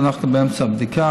אנחנו באמצע בדיקה,